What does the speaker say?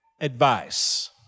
advice